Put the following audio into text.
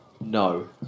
No